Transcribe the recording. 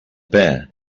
bear